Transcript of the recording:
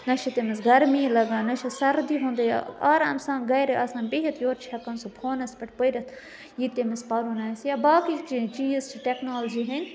نہَ چھِ تٔمِس گَرمی لَگان نہَ چھِ سَردی ہُنٛد یہِ آرام سان گَرِ آسان بِہِتھ یورٕ چھُ ہیٚکان سُہ فونَس پٮ۪ٹھ پٔرِتھ یہِ تٔمِس پَرُن آسہِ یا باقٕے چیٖز چھِ ٹٮ۪کنالجی ہٕنٛدۍ